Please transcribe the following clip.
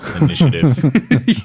Initiative